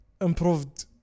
improved